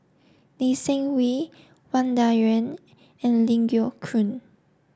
Lee Seng Wee Wang Dayuan and Ling Geok Choon